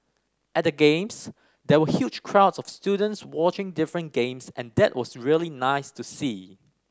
at the Games there were huge crowds of students watching different games and that was really nice to see